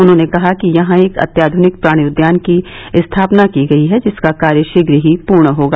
उन्होंने कहा कि यहां एक अत्याधुनिक प्राणि उद्यान की स्थापना की गयी है जिसका कार्य शोघ्र ही पूर्ण होगा